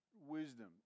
wisdom